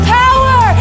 power